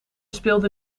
speelde